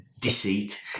deceit